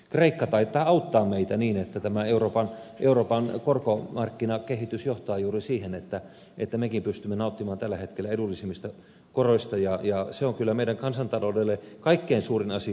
kreikka taitaa auttaa meitä niin että tämä euroopan korkomarkkinakehitys johtaa juuri siihen että mekin pystymme nauttimaan tällä hetkellä edullisemmista koroista ja se on kyllä meidän kansantaloudellemme kaikkein suurin asia